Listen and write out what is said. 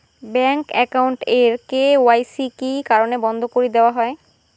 Bank account এর KYC কি কি কারণে বন্ধ করি দেওয়া হয়?